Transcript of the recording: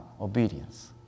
obedience